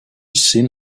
seen